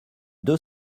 deux